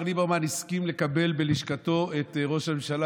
ליברמן הסכים לקבל בלשכתו את ראש הממשלה,